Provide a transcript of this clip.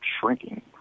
shrinking